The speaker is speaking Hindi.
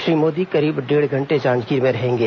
श्री मोदी करीब डेढ़ घंटे जांजगीर में रहेंगे